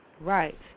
right